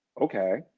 Okay